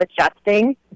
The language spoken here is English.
adjusting